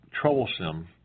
troublesome